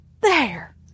There